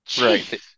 Right